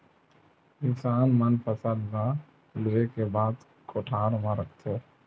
किसान मन फसल ल लूए के बाद कोठर म राखथे